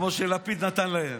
כמו שלפיד נתן להם.